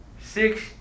six